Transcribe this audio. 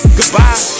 Goodbye